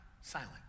silent